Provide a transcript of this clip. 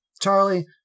Charlie